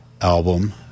album